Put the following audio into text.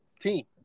team